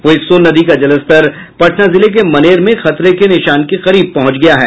वहीं सोन नदी का जलस्तर पटना जिले के मनेर में खतरे के निशान के करीब पहुंच गया है